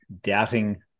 doubting